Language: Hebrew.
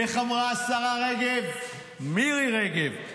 איך אמרה השרה רגב, מירי רגב?